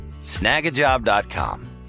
snagajob.com